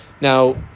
now